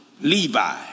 Levi